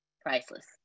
priceless